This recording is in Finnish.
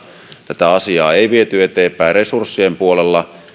tätä asiaa ei viety eteenpäin resurssien puolella